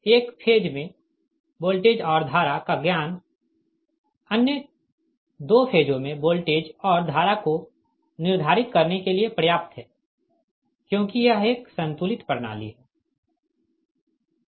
एक फेज में वोल्टेज और धारा का ज्ञान अन्य 2 फेजों में वोल्टेज और धारा को निर्धारित करने के लिए पर्याप्त है क्योंकि यह एक संतुलित प्रणाली है